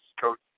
coach